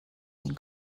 این